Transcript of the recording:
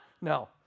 No